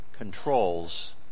Controls